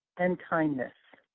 and kindness.